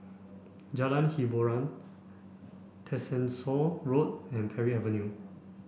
Jalan Hiboran Tessensohn Road and Parry Avenue